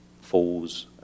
falls